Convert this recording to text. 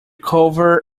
cover